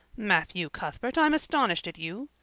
matthew cuthbert, i'm astonished at you.